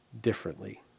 differently